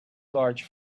large